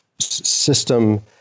system